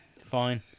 Fine